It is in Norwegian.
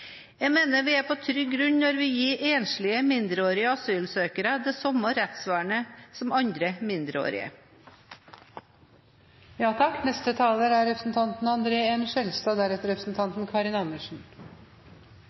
Jeg mener vi er på trygg grunn når vi gir enslige mindreårige asylsøkere det samme rettsvernet som andre mindreårige. Det er